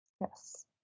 Yes